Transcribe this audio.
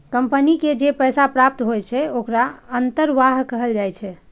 company के जे पैसा प्राप्त होइ छै, ओखरा अंतर्वाह कहल जाइ छै